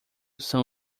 são